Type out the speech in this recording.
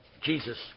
Jesus